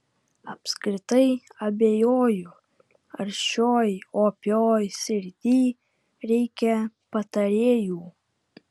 apskritai abejoju ar šioj opioj srity reikia patarėjų